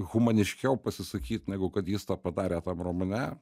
humaniškiau pasisakyt negu kad jis tą padarė tą romane